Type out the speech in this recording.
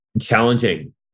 challenging